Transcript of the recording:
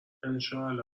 انشاالله